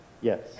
Yes